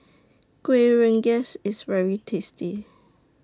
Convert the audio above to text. Kueh Rengas IS very tasty